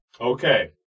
Okay